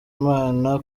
imana